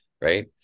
Right